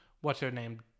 What's-her-name